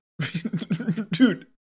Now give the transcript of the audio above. Dude